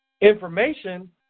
information